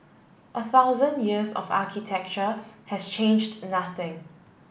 a thousand years of architecture has changed nothing